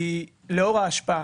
היא לאור ההשפעה,